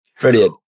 Brilliant